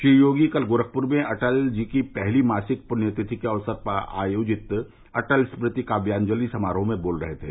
श्री योगी कल गोरखप्र में अटल जी की पहली मासिक पृण्य तिथि के अवसर पर आयोजित अटल स्मृति काव्यांजलि समारोह में बोल रहे थे